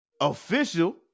official